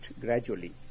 gradually